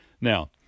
Now